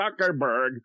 Zuckerberg